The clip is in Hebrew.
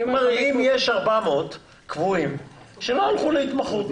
אם יש 400 קבועים שלא הלכו להתמחות,